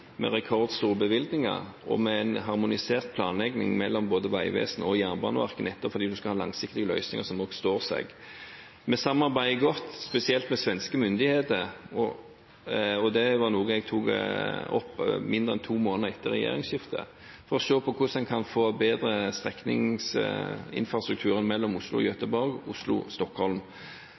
med rekordstore bevilgninger og med en harmonisert planlegging mellom Vegvesenet og Jernbaneverket, nettopp fordi en skal ha langsiktige løsninger som står seg. Vi samarbeider godt, spesielt med svenske myndigheter, og det var noe jeg tok opp mindre enn to måneder etter regjeringsskiftet, for å se på hvordan en kan få bedre strekningsinfrastruktur mellom Oslo og Gøteborg og mellom Oslo og Stockholm.